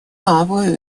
новую